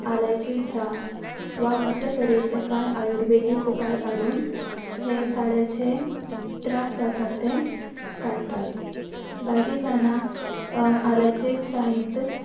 आल्याची च्या वा असले तरेचे कांय आयुर्वेदीक उपाय काडून हे ताळ्याचे त्रास जाता ते काडटात जायतीं जाणा आल्याचे च्यायेंत